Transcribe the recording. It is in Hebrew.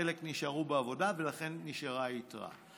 חלק נשארו בעבודה ולכן נשארה היתרה,